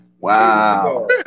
Wow